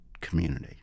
community